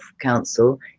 Council